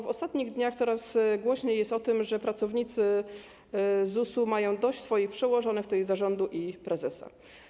W ostatnich dniach coraz głośniej jest o tym, że pracownicy ZUS mają dość swoich przełożonych, tj. zarządu i prezesa.